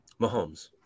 Mahomes